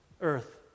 earth